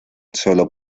solo